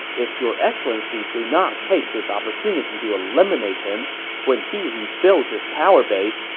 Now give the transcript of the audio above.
if your excellency do not take this opportunity to eliminate him when he rebuilds his powerbase,